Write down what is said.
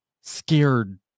scared